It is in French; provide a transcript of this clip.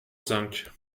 cinq